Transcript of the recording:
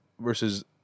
versus